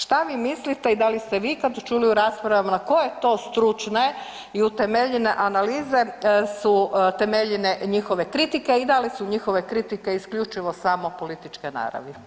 Šta vi mislite i da li ste vi ikad čuli u raspravama, na koje to stručne i utemeljene analize su temeljene njihove kritike i da li su njihove kritike isključivo samo političke naravi?